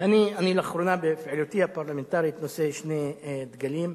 אני לאחרונה בפעילותי הפרלמנטרית נושא שני דגלים: